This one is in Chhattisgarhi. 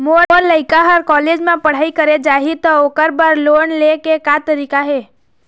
मोर लइका हर कॉलेज म पढ़ई करे जाही, त ओकर बर लोन ले के का तरीका हे?